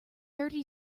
thirty